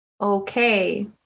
okay